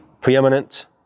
preeminent